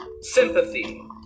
sympathy